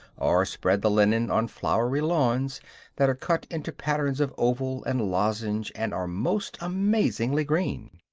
or spread the linen on flowery lawns that are cut into patterns of oval and lozenge and are most amazingly green.